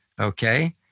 okay